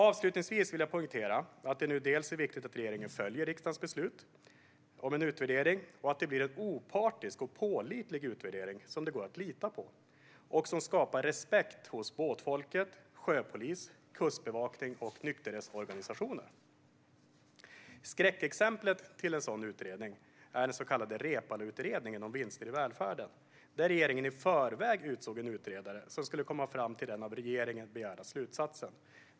Avslutningsvis vill jag poängtera att det nu är viktigt att regeringen följer riksdagens beslut om en utvärdering och att det blir en opartisk utvärdering som det går att lita på och som skapar respekt hos båtfolk, sjöpolis, kustbevakning och nykterhetsorganisationer. Skräckexemplet på en utredning är den så kallade Reepaluutredningen om vinster i välfärden, där regeringen i förväg utsåg en utredare som skulle komma fram till den av regeringen begärda slutsatsen.